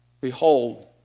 Behold